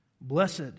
Blessed